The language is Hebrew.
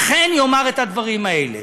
אכן יאמר את הדברים האלה.